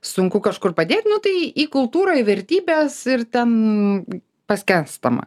sunku kažkur padėt nu tai į kultūrą į vertybes ir ten paskęstama